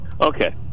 Okay